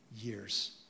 years